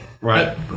Right